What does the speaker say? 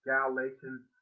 Galatians